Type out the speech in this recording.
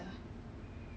money you just do it at home